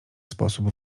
sposób